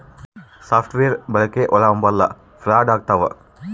soft wear ಬಳಕೆ ಒಳಹಂಭಲ fraud ಆಗ್ತವ